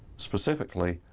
specifically,